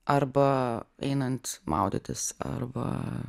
arba einant maudytis arba